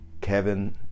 Kevin